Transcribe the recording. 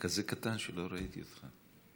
אתה כזה קטן שלא ראיתי אותך.